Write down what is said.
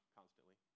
constantly